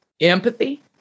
empathy